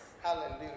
Hallelujah